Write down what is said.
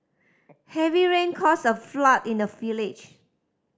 heavy rain caused a flood in the village